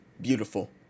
beautiful